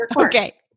Okay